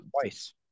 twice